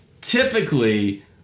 Typically